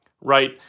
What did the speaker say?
right